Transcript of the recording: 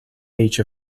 age